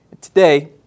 Today